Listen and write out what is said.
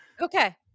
Okay